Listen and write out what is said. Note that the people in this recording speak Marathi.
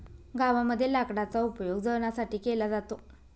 गावामध्ये लाकडाचा उपयोग जळणासाठी केला जातो